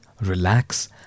relax